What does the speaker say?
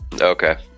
Okay